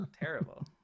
terrible